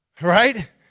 right